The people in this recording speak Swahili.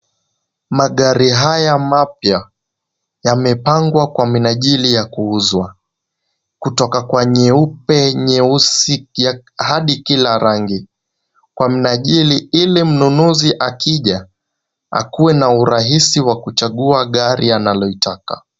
Magari haya mapya yamepangwa kwa minajili ya kuuzwa kutoka kwa nyeupe, nyeusi hadi kila rangi. Kwa minajili ili mnunuzi akija akue na urahisi wa kuchagua gari analotaka.